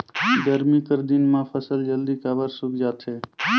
गरमी कर दिन म फसल जल्दी काबर सूख जाथे?